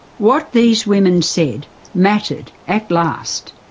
what these women said mattered at last.